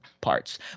parts